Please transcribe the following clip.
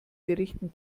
berichten